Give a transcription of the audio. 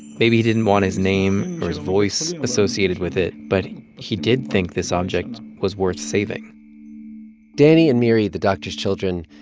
maybe he didn't want his name or his voice associated with it, but he did think this object was worth saving danny and miri, the doctor's children,